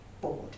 board